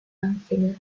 langfinger